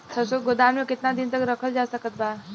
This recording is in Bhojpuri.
सरसों के गोदाम में केतना दिन तक रखल जा सकत बा?